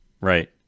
Right